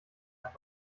nach